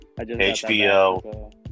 HBO